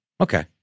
okay